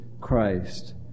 Christ